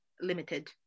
limited